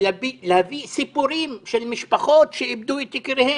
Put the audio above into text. ולהביא סיפורים של משפחות שאיבדו את יקיריהם,